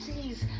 please